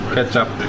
Ketchup